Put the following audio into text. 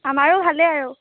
আমাৰো ভালেই আৰু